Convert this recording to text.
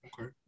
Okay